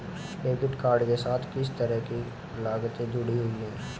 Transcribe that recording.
Debit card के साथ किस तरह की लागतें जुड़ी हुई हैं?